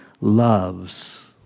loves